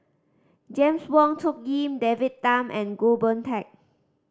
Jame Wong Tuck Yim David Tham and Goh Boon Teck